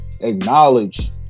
acknowledge